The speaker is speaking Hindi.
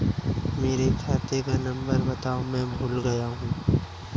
मेरे खाते का नंबर बताओ मैं भूल गया हूं